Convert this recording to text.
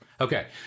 Okay